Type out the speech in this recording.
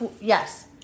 Yes